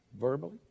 verbally